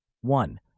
one